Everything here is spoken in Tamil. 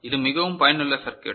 இது மிகவும் பயனுள்ள சர்க்யூட்